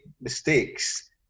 mistakes